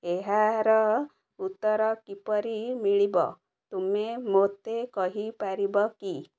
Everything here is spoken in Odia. ଏହାର ଉତ୍ତର କିପରି ମିଳିବ ତୁମେ ମୋତେ କହିପାରିବ କି